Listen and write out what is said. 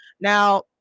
Now